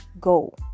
go